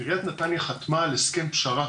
עיריית נתניה חתמה על הסכם פשרה